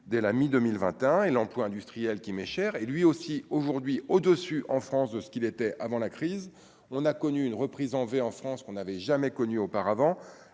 dès la mi-2021 et l'emploi industriel qui m'est cher, et lui aussi aujourd'hui au-dessus en France de ce qu'il était avant la crise, on a connu une reprise en V en France qu'on n'avait jamais connue auparavant,